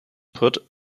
put